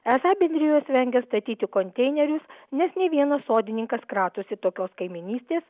esą bendrijos vengia statyti konteinerius nes nei vienas sodininkas kratosi tokios kaimynystės